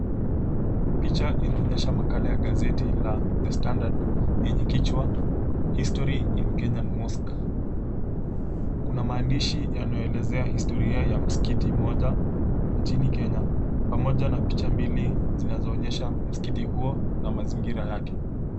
Picha inaonyesha makala ya gazeti la The Standard yenye kichwa History in Kenyan Mosque. Kuna maandishi yanayoelezea historia ya msikiti moja nchini Kenya pamoja na picha mbili zinazoonyesha msikiti huo na mazingira yake.